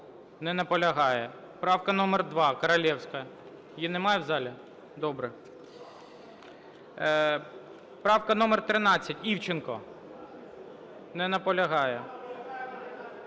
Не наполягає. Правка номер 2, Королевська. Її немає в залі? Добре. Правка номер 13, Івченко. Не наполягає.